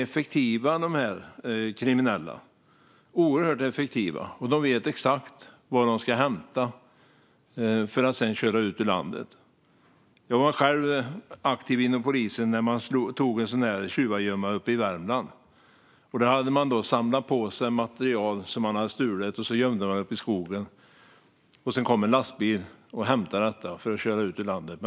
De kriminella är oerhört effektiva och vet exakt vad de ska hämta för att sedan köra ut ur landet. Jag var själv aktiv inom polisen när en tjuvgömma togs uppe i Värmland. Man hade samlat på sig material som man hade stulit och gömt ute i skogen, och sedan kom en lastbil för att hämta det och köra det ut ur landet.